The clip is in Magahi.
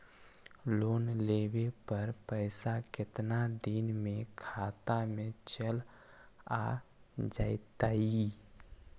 लोन लेब पर पैसा कितना दिन में खाता में चल आ जैताई?